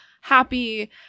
happy